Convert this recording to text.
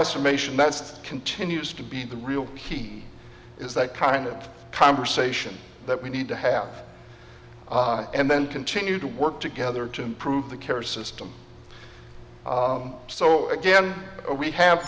estimation that's continues to be the real key is that kind of conversation that we need to have and then continue to work together to improve the care system so again we have